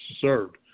served